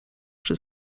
przy